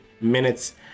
minutes